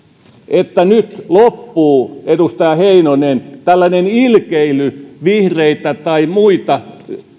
että nyt loppuu edustaja heinonen tällainen ilkeily vihreitä tai muita